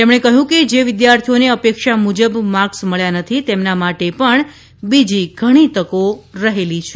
તેમણે કહ્યું કે જે વિદ્યાર્થીઓને અપેક્ષા મુજબ માર્ક મળ્યા નથી તેમના માટે પણ બીજી ઘણી તકો રહેલી છે